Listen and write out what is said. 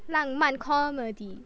浪漫 comedy